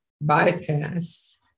bypass